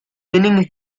meaning